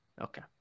Okay